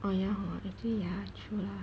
oh yeah hor actually yeah true lah